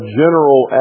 general